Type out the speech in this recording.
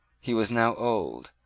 he was now old,